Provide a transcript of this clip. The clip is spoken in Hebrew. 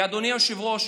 כי אדוני היושב-ראש,